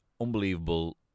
unbelievable